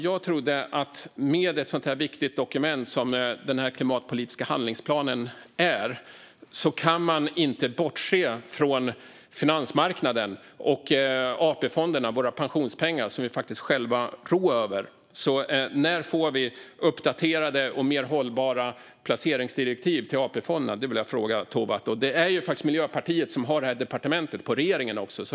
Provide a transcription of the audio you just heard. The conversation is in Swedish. Jag trodde att med ett så viktigt dokument som den klimatpolitiska handlingsplanen skulle man inte kunna bortse från finansmarknaden och AP-fonderna, våra pensionspengar, som vi faktiskt själva råder över. När får vi uppdaterade och mer hållbara placeringsdirektiv till AP-fonderna? Det vill jag fråga Tovatt. Det är faktiskt Miljöpartiet som har den frågan i departementet i regeringen.